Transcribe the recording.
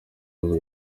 avuga